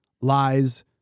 lies